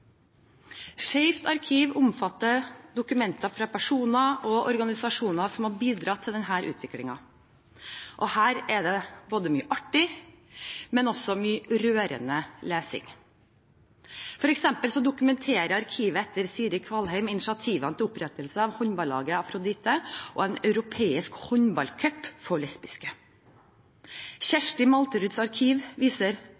arkiv omfatter dokumenter fra personer og organisasjoner som har bidratt til denne utviklingen. Og her er det mye både artig og rørende lesning. For eksempel dokumenterer arkivet etter Siri E. Kvalheim initiativene til opprettelse av håndballaget Afrodite og en europeisk håndball-cup for lesbiske.